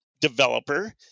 developer